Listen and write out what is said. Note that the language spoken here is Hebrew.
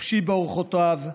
חופשי באורחותיו,